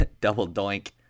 double-doink